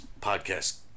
podcast